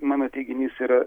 mano teiginys yra